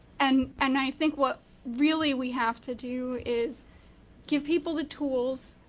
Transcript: and and i think what really we have to do is give people the tools.